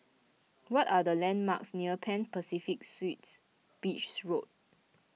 what are the landmarks near Pan Pacific Suites Beach Road